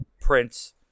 Prince